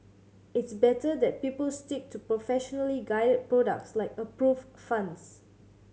it's better that people stick to professionally guided products like approved funds